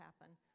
happen